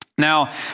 Now